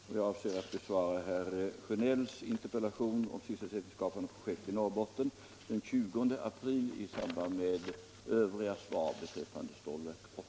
Och jag avser att besvara herr Sjönells interpellation om sysselsättningsskapande projekt i Norrbotten den 20 april i samband med svar beträffande Stålverk 80.